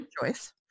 choice